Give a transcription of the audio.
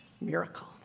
miracle